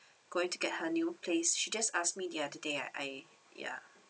going to get her new place she just ask me the other day I ya